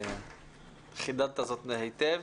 חידדת זאת היטב.